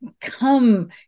come